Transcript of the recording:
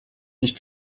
nicht